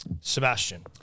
Sebastian